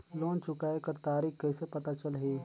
Loan चुकाय कर तारीक कइसे पता चलही?